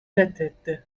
reddetti